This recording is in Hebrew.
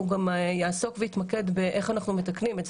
גם יעסוק ויתמקד באיך אנחנו מתקנים את זה,